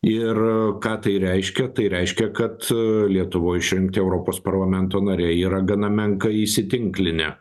ir ką tai reiškia tai reiškia kad lietuvoj išrinkti europos parlamento nariai yra gana menkai įsitinklinę